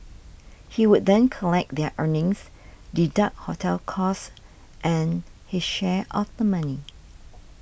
he would then collect their earnings deduct hotel costs and his share of the money